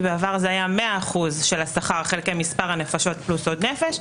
בעבר זה היה 100% של השכר חלקי מספר נפשות פלוס עוד נפש,